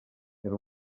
era